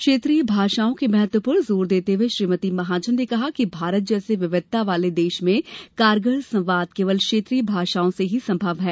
क्षेत्रीय भाषाओं के महत्व पर जोर देते हुए श्रीमती महाजन ने कहा कि भारत जैसे विविधता वाले देश में कारगर संवाद केवल क्षेत्रीय भाषाओं में ही संभव है